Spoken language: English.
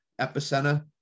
Epicenter